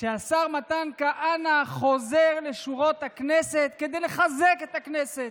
שהשר מתן כהנא חוזר לשורות הכנסת כדי לחזק את הכנסת.